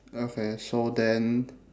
okay so then